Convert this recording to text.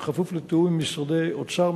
בכפוף לתיאום עם משרדי האוצר,